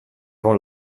con